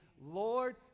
lord